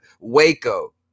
Waco